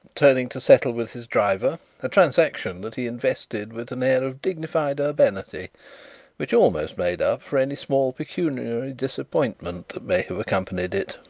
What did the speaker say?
turning to settle with his driver, a transaction that he invested with an air of dignified urbanity which almost made up for any small pecuniary disappointment that may have accompanied it.